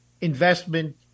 investment